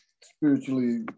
spiritually